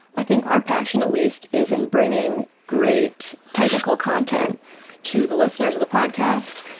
i think our passion at least is in bringing great technical content to the listeners of the podcast,